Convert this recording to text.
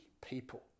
people